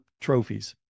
trophies